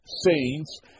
saints